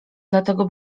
dlatego